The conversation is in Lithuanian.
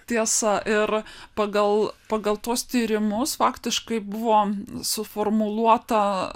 tiesa ir pagal pagal tuos tyrimus faktiškai buvo suformuluota